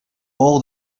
all